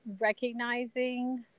recognizing